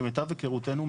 למיטב היכרותנו,